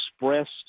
expressed